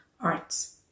arts